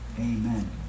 amen